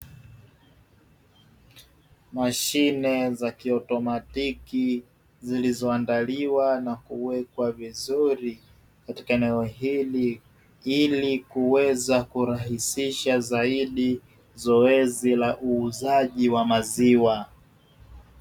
Mashine za kiotomatiki zilizoandaliwa na kuwekwa vizuri katika eneo hili, ili kuweza kurahisisha zaidi zoezi la uuzaji wa maziwa.